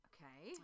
Okay